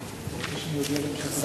לרשותך, אדוני, שלוש